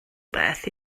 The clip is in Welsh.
beth